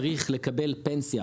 עובד זר לא צריך לקבל פנסיה,